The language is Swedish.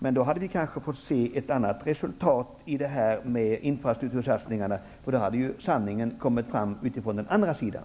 Men då hade vi kanske fått se ett annat resultat när det gäller infrastruktursatsningar. Då hade ju sanningen kommit fram från den andra sidan.